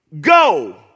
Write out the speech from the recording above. go